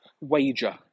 wager